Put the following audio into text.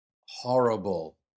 horrible